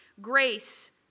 grace